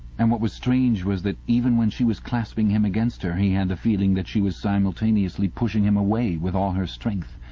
and what was strange was that even when she was clasping him against her he had the feeling that she was simultaneously pushing him away with all her strength.